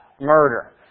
murder